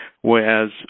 whereas